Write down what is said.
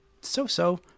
so-so